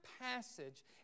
passage